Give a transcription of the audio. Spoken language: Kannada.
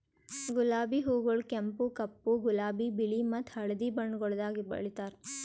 ಗುಲಾಬಿ ಹೂಗೊಳ್ ಕೆಂಪು, ಕಪ್ಪು, ಗುಲಾಬಿ, ಬಿಳಿ ಮತ್ತ ಹಳದಿ ಬಣ್ಣಗೊಳ್ದಾಗ್ ಬೆಳೆತಾರ್